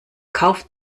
kauft